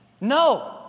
no